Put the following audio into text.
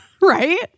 Right